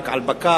רק על בקר,